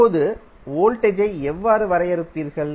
இப்போது வோல்டேஜை எவ்வாறு வரையறுப்பீர்கள்